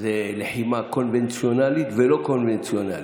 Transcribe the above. זה לחימה קונבנציונלית ולא קונבנציונלית.